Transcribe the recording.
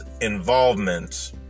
involvement